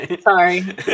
Sorry